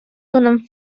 donen